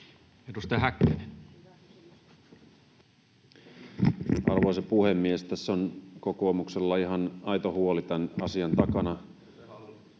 Edustaja Häkkänen. Arvoisa puhemies! Tässä on kokoomuksella ihan aito huoli tämän asian takana.